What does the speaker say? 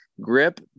grip